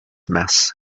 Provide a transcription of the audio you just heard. mess